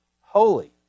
holy